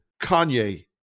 Kanye